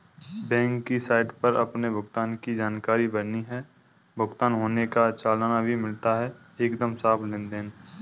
bank की site पर अपने भुगतान की जानकारी भरनी है, भुगतान होने का चालान भी मिलता है एकदम साफ़ लेनदेन